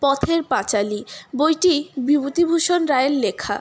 পথের পাঁচালী বইটি বিভূতিভূষণ রায়ের লেখা